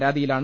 പരാതിയിലാണ്